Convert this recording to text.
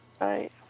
Right